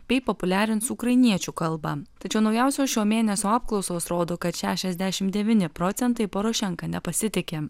bei populiarins ukrainiečių kalbą tačiau naujausios šio mėnesio apklausos rodo kad šešiasdešim devyni procentai porošenka nepasitiki